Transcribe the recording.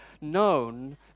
known